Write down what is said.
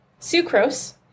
sucrose